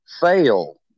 fail